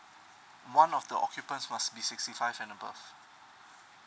one of the occupant must be sixty five and above